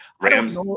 Rams